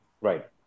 Right